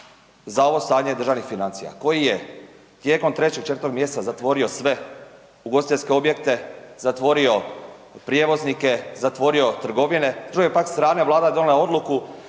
za ovo stanje državnih financija koji je tijekom 3, 4 mjeseca zatvorio sve ugostiteljske objekte, zatvorio prijevoznike, zatvorio trgovine, s druge je pak strane Vlada donijela odluku